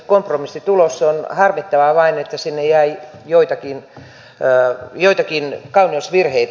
on harmittavaa vain että sinne jäi joitakin kauneusvirheitä